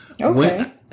Okay